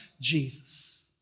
Jesus